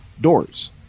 doors